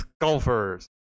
golfers